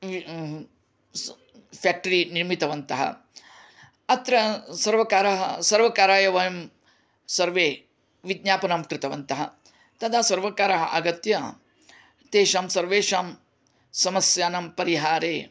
factory निर्मितवन्तः अत्र सर्वकारः सर्वकाराय वयं सर्वे विज्ञापनं कृतवन्तः तदा सर्वकारः आगत्य तेषां सर्वेषां समस्यानां परिहारे